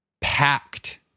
Packed